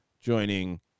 joining